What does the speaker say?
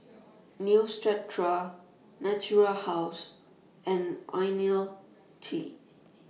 Neostrata Natura House and Ionil T